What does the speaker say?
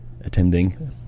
attending